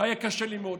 היה קשה לי מאוד.